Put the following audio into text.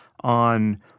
on